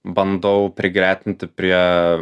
bandau prigretinti prie